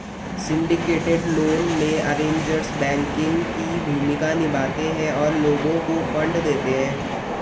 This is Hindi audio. सिंडिकेटेड लोन में, अरेंजर्स बैंकिंग की भूमिका निभाते हैं और लोगों को फंड देते हैं